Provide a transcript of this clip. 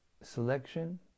selection